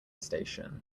station